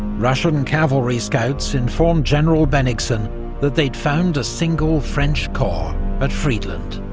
russian cavalry scouts informed general bennigsen that they'd found a single french corps at friedland.